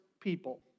people